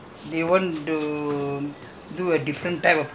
malaysia they they these people they want to do